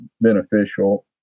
beneficial